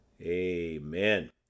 Amen